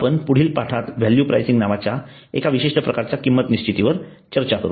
आपण पुढील पाठात व्हॅल्यू प्रायसिंग नावाच्या एका विशिष्ट प्रकारच्या किंमतनिश्चितीबाबत चर्चा करू